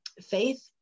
Faith